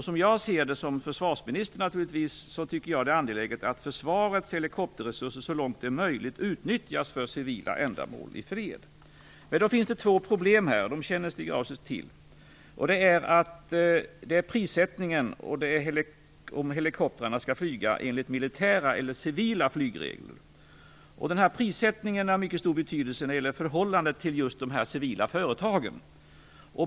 Som försvarsminister tycker jag naturligtvis att det är angeläget att försvarets helikopterresurser så långt det är möjligt utnyttjas för civila ändamål i fred. Det finns här två problem, och dessa känner Stig Grauers till. Det är prissättningen, och det är frågan om helikoptrarna skall flyga enligt militära eller civila flygregler. Prissättningen har mycket stor betydelse när det gäller förhållandet till de civila företagen.